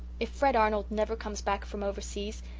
if fred arnold never comes back from overseas,